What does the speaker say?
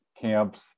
camps